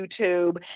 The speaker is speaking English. YouTube